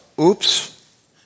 oops